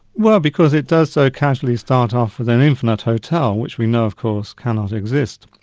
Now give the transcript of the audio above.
well, because it does so casually start off with an infinite hotel, which we know of course cannot exist,